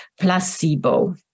placebo